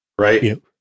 right